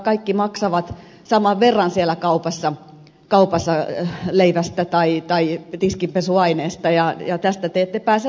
kaikki maksavat saman verran siellä kaupassa leivästä tai tiskinpesuaineesta ja tästä te ette pääse mihinkään